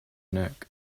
neck